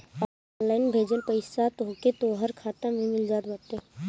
online भेजल पईसा तोहके तोहर खाता में मिल जात बाटे